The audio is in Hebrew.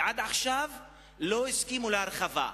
ועד עכשיו לא הסכימו להרחבה.